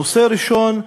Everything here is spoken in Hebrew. הנושא הראשון,